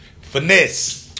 Finesse